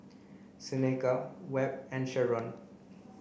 Seneca Webb and Sherron